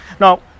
Now